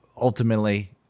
ultimately